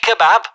kebab